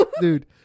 dude